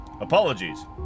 Apologies